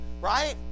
right